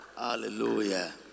Hallelujah